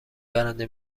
برنده